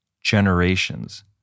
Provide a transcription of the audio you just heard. generations